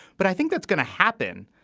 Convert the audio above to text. but i think that's going to happen.